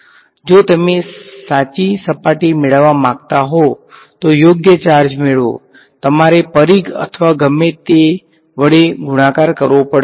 જો તમે સાચી સપાટી મેળવવા માંગતા હોવ તો યોગ્ય ચાર્જ મેળવો તમારે પરિઘ અથવા ગમે તે વડે ગુણાકાર કરવો પડશે